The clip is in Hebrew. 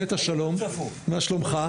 נטע שלום, מה שלומך?